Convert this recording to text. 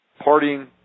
partying